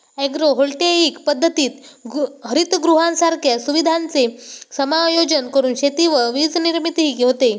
agrovoltaic पद्धतीत हरितगृहांसारख्या सुविधांचे समायोजन करून शेती व वीजनिर्मितीही होते